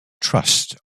trust